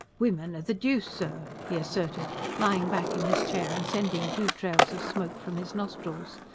women are the deuce, sir, he asserted, lying back in his chair and sending two trails of smoke from his nostrils.